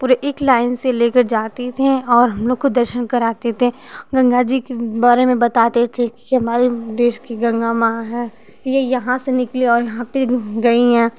पूरे एक लाइन से लेकर जाती थी और हम लोग को दर्शन कराते थे गंगा जी के बारे में बताते थे कि हमारे देश कि गंगा माँ है ये से निकली और यहाँ पर गई हैं